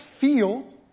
feel